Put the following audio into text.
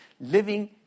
living